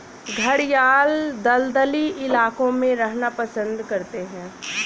घड़ियाल दलदली इलाकों में रहना पसंद करते हैं